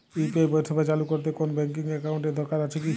UPI পরিষেবা চালু করতে কোন ব্যকিং একাউন্ট এর কি দরকার আছে?